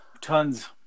tons